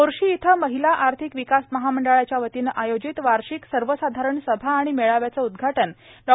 मोर्शी इथं महिला आर्थिक विकास महामंडळ यांच्यावतीने आयोजित वार्षिक सर्वसाधारण सभा आणि मेळाव्याचे उद्घाटन डॉ